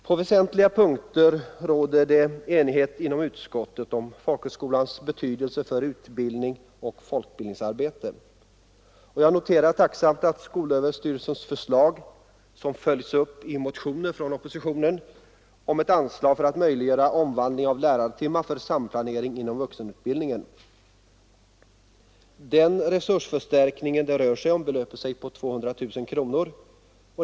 På väsentliga punkter råder det enighet inom utskottet om folkhögskolans betydelse för utbildning och folkbildningsarbete. Jag noterar tacksamt skolöverstyrelsens förslag — som vi följt upp i motioner från oppositionen — om ett anslag för att möjliggöra omvandling av lärartimmar för samplanering inom vuxenutbildningen. Den resursförstärkning det rör sig om belöper sig till 200 000 kronor.